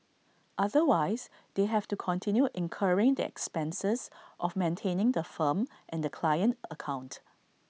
otherwise they have to continue incurring the expenses of maintaining the firm and the client account